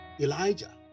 Elijah